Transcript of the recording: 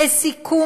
לסיכום,